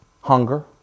hunger